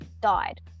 died